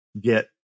get